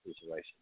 situation